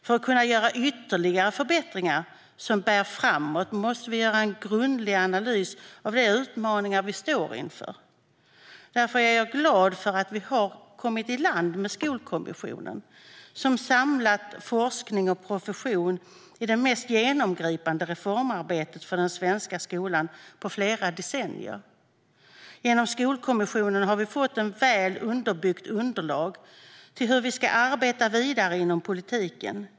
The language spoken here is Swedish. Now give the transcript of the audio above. För att kunna göra ytterligare förbättringar som bär framåt måste vi göra en grundlig analys av de utmaningar vi står inför. Därför är jag glad över att vi har kommit i land med Skolkommissionen, som har samlat forskning och profession i det mest genomgripande reformarbetet för den svenska skolan på flera decennier. Genom Skolkommissionen har vi fått ett väl underbyggt underlag till hur vi ska arbeta vidare inom politiken.